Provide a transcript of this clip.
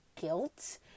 guilt